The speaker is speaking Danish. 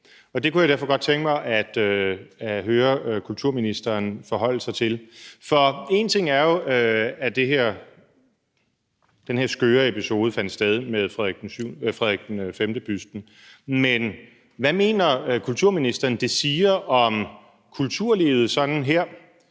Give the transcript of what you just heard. Derfor kunne jeg godt tænke mig at høre kulturministeren forholde sig til det. En ting er jo, at den her skøre episode med Frederik V-busten fandt sted, men hvad mener kulturministeren at det siger om kulturlivet, nok